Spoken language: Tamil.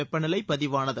வெப்பநிலை பதிவானது